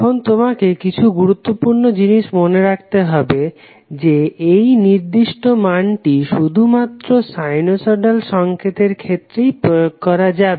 এখন তোমাকে কিছু গুরুত্বপূর্ণ জিনিস মনে রাখতে হবে যে এই নির্দিষ্ট মানটি শুধুমাত্র সাইনোসডাল সংকেতের ক্ষেত্রেই প্রয়োগ করা যাবে